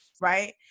right